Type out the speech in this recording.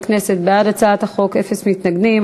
15 חברי כנסת בעד הצעת החוק, אפס מתנגדים.